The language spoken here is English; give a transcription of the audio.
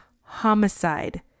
homicide